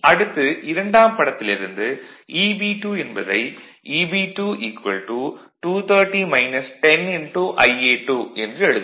அடுத்து இரண்டாம் படத்திலிருந்து Eb2 என்பதை Eb2 230 10 Ia2 என்று எழுதலாம்